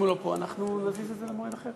אם הוא לא פה, אנחנו נזיז את זה למועד אחר.